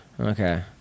Okay